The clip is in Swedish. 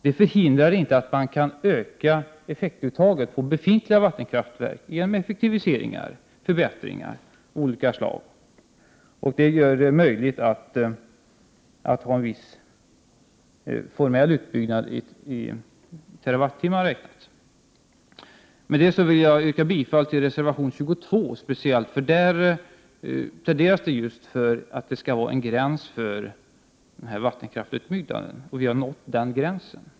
Det hindrar inte att man kan öka effektuttaget från befintliga vattenkraftverk genom effektiviseringar och förbättringar av olika slag. Det gör det möjligt att få en formell utbyggnad i terawattimmar räknat. Med detta vill jag yrka bifall till reservation 22. I den reservationen pläderas för att det skall vara en gräns för vattenkraftsutbyggnaden och att vi nått den gränsen.